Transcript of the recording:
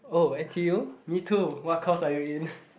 oh n_t_u me too what course are you in